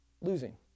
Losing